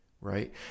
right